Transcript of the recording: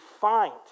find